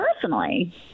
personally